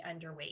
underweight